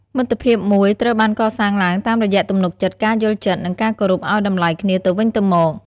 មិត្តភាពមួយត្រូវបានកសាងឡើងតាមរយៈទំនុកចិត្ត ការយល់ចិត្ត និងការគោរពឱ្យតម្លៃគ្នាទៅវិញទៅមក។